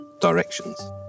directions